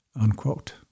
unquote